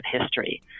history